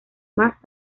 más